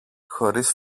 χωρίς